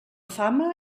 fama